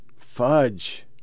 fudge